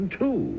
two